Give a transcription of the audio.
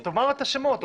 תאמר את השמות.